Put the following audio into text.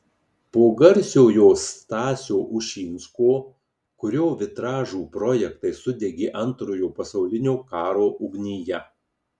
po garsiojo stasio ušinsko kurio vitražų projektai sudegė antrojo pasaulinio karo ugnyje